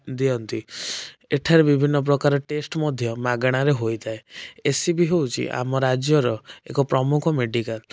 ଦିଅନ୍ତି ଏଠାରେ ବିଭିନ୍ନ ପ୍ରକାର ଟେଷ୍ଟ ମଧ୍ୟ ମାଗଣାରେ ହୋଇଥାଏ ହେଉଛି ଆମ ରାଜ୍ୟର ଏକ ପ୍ରମୁଖ ମେଡ଼ିକାଲ